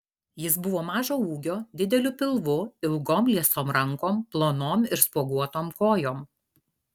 jis buvo mažo ūgio dideliu pilvu ilgom liesom rankom plonom ir spuoguotom kojom